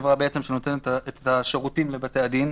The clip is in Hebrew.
שנותנת את השירותים לבתי-הדין.